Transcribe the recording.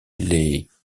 les